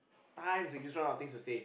times when you just run out of things to say